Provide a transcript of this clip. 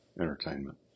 entertainment